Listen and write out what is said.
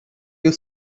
you